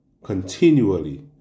Continually